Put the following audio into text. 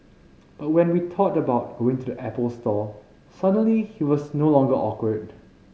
but when we thought about going to the Apple store suddenly he was no longer awkward